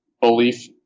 belief